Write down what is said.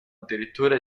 addirittura